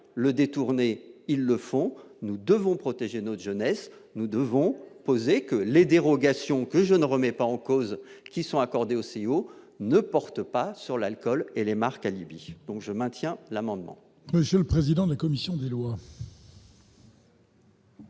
le détourner, ils le font, nous devons protéger notre jeunesse, nous devons poser que les dérogations que je ne remets pas en cause, qui sont accordées au CIO ne porte pas sur l'alcool et les marques alibi donc je maintiens l'amendement.